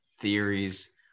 theories